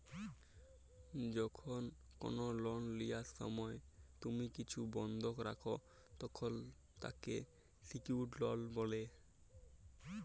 যখল কল লল লিয়ার সময় তুম্হি কিছু বল্ধক রাখ, তখল তাকে সিকিউরড লল ব্যলে